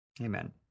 Amen